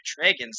dragons